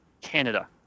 Canada